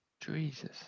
Jesus